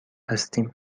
هستیم